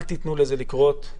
אל תיתנו לזה לקרות.